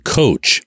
coach